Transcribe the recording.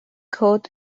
coat